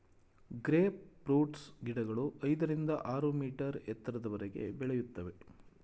grape fruits ಗಿಡಗಳು ಐದರಿಂದ ಆರು ಮೀಟರ್ ಎತ್ತರದವರೆಗೆ ಬೆಳೆಯುತ್ತವೆ